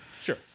Sure